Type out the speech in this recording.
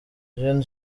gen